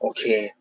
Okay